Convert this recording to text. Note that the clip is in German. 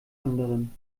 anderen